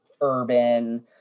urban